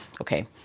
Okay